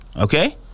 Okay